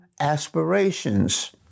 aspirations